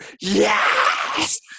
Yes